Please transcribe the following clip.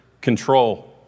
control